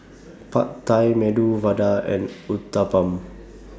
Pad Thai Medu Vada and Uthapam